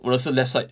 我的是 left side